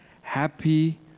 happy